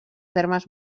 termes